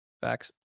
Facts